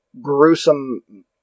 gruesome